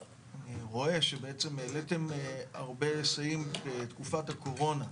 אני רואה שהעליתם הרבה היסעים בתקופת הקורונה,